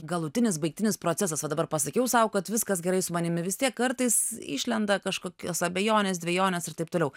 galutinis baigtinis procesas va dabar pasakiau sau kad viskas gerai su manimi vis tiek kartais išlenda kažkokios abejonės dvejonės ir taip toliau